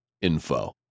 info